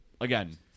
again